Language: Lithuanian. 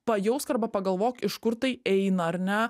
pajausk arba pagalvok iš kur tai eina ar ne